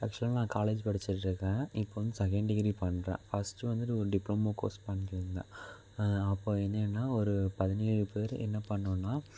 ஆக்சுவலாக நான் காலேஜ் படிச்சுட்ருக்கேன் இப்போது வந்து செக்கெண்ட் டிகிரி பண்ணுறேன் ஃபஸ்ட்டு வந்துட்டு ஒரு டிப்ளமோ கோர்ஸ் பண்ணிகிட்டுருந்தேன் அப்போ என்னென்னால் ஒரு பதினேழுபேர் என்ன பண்ணிணோன்னா